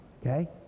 okay